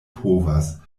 povas